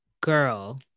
girl